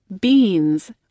Beans